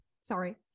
sorry